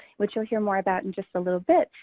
which you'll hear more about in just a little bit,